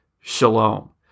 shalom